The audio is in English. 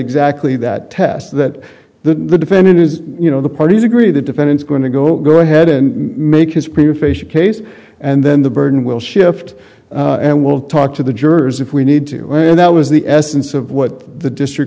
exactly that test that the defendant is you know the parties agree the defendant is going to go ahead and make his profession case and then the burden will shift and we'll talk to the jurors if we need to and that was the essence of what the district